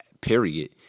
period